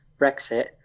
Brexit